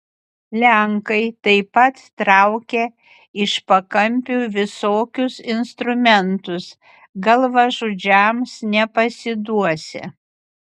lenkai taip pat traukia iš pakampių visokius instrumentus galvažudžiams nepasiduosią